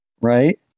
right